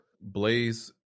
Blaze